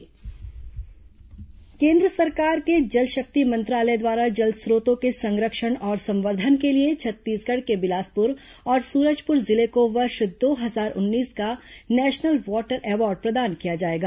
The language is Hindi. नेशनल वाटर अवॉर्ड केन्द्र सरकार के जलशक्ति मंत्रालय द्वारा जल स्रोतों के संरक्षण और संवर्धन के लिए छत्तीसगढ़ के बिलासपुर और सूरजपुर जिले को वर्ष दो हजार उन्नीस का नेशनल वाटर अवॉर्ड प्रदान किया जाएगा